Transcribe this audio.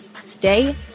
stay